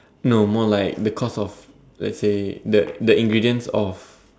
no more like the cost of let's say the the ingredients of